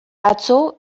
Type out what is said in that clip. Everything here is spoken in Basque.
atzo